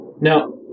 Now